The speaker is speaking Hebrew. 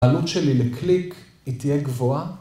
‫העלות שלי לקליק היא תהיה גבוהה?